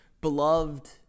beloved